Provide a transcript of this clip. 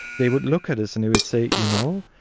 they would look at us and they would say, you know,